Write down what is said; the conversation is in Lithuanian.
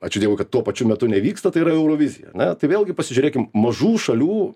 ačiū dievui kad tuo pačiu metu nevyksta tai yra eurovizija na tai vėlgi pasižiūrėkim mažų šalių